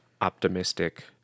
optimistic